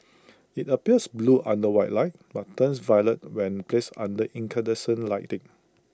IT appears blue under white light but turns violet when placed under incandescent lighting